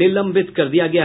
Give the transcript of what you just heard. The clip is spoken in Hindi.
निलंबित कर दिया गया है